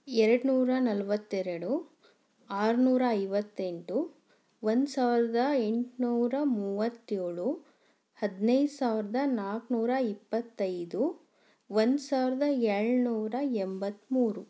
ಎರಡುನೂರ ನಲವತ್ತೆರಡು ಆರುನೂರ ಐವತ್ತೆಂಟು ಒಂದು ಸಾವಿರದ ಎಂಟುನೂರ ಮೂವತ್ತೇಳು ಹದಿನೈದು ಸಾವಿರದ ನಾಲ್ಕುನೂರ ಇಪ್ಪತ್ತೈದು ಒಂದು ಸಾವಿರದ ಏಳುನೂರ ಎಂಬತ್ತ್ಮೂರು